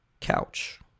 couch